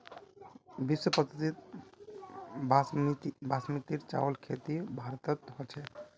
विश्व प्रसिद्ध बासमतीर चावलेर खेती भारतत ह छेक